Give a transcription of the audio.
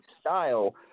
style